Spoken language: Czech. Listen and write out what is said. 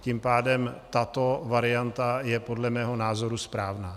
Tím pádem tato varianta je podle mého názoru správná.